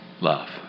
Love